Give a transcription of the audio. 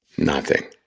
nothing.